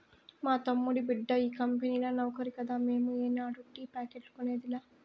మా తమ్ముడి బిడ్డ ఈ కంపెనీల నౌకరి కదా మేము ఏనాడు టీ ప్యాకెట్లు కొనేదిలా